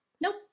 Nope